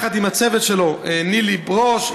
יחד עם הצוות שלו: נילי ברוש,